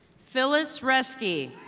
phyllis resky.